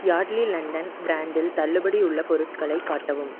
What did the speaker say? Yardley London பிராண்டில் தள்ளுபடி உள்ள பொருட்களை காட்டவும்